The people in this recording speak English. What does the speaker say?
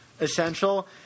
essential